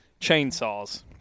chainsaws